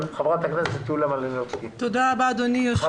חברת הכנסת יוליה מלינובסקי, בבקשה.